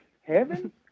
heaven